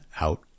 out